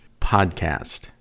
podcast